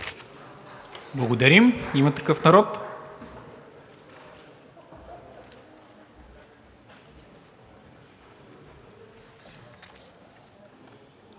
Благодаря. „Има такъв народ“?